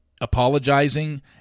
apologizing